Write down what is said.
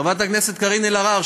חברת הכנסת קארין אלהרר,